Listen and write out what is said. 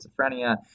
schizophrenia